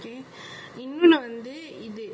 இன்னு நான் வந்து இது:innu naan vanthu ithu